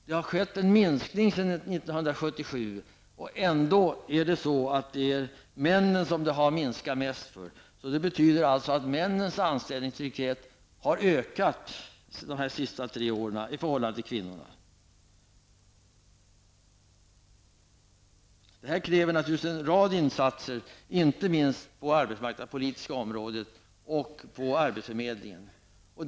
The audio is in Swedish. Det har skett en minskning sedan 1977, men ändå är minskningen störst bland männen. Det betyder alltså att männens anställningstrygghet har ökat de senaste tre åren i förhållande till kvinnornas. Detta kräver en rad insatser, inte minst på det arbetsmarknadspolitiska området och för arbetsförmedlingen.